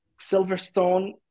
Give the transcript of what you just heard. Silverstone